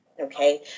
Okay